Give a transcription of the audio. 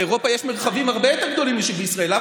באירופה יש מרחבים הרבה יותר גדולים משיש בישראל.